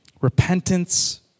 repentance